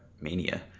mania